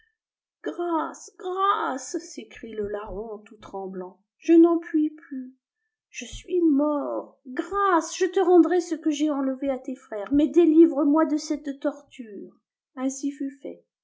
grâce grâce s'écrie le larron tout tremblant je n'en puis plus je suis mort grâce je te rendrai ce que j'ai enlevé à tes frères mais délivre moi de cette torture riji r ainsi fut fait